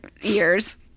years